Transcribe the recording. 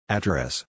Address